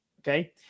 okay